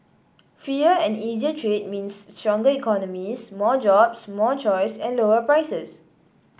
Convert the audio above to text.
freer and easier trade means stronger economies more jobs more choice and lower prices